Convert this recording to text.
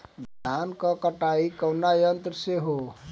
धान क कटाई कउना यंत्र से हो?